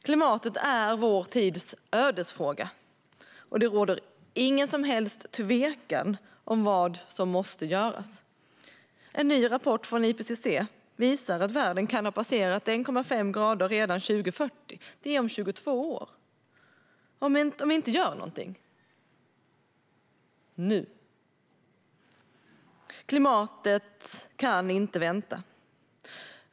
Klimatet är vår tids ödesfråga. Det råder ingen som helst tvekan om vad som måste göras. En ny rapport från IPCC visar att världen kan ha passerat en temperaturhöjning med 1,5 grader redan 2040 - det är om 22 år - om vi inte gör någonting nu . Klimatet kan inte vänta.